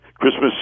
Christmas